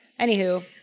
Anywho